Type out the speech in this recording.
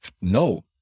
no